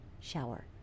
Shower